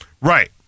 Right